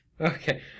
Okay